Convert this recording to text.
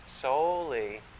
solely